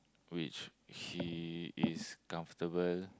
which he is comfortable